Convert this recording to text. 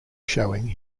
showing